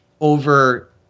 over